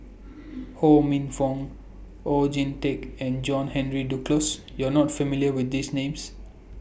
Ho Minfong Oon Jin Teik and John Henry Duclos YOU Are not familiar with These Names